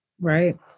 Right